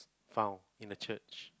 found in the church